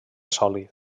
sòlid